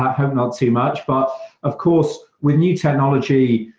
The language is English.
i hope not too much. but of course, with new technology,